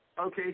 Okay